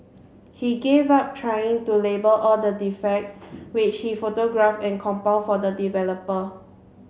he gave up trying to label all the defects which he photograph and compile for the developer